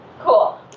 Cool